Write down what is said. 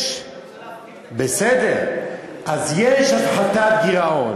אז יש הפחתת גירעון.